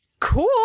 Cool